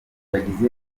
yagize